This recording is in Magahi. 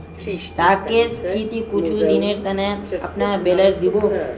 राकेश की ती कुछू दिनेर त न अपनार बेलर दी बो